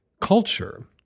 culture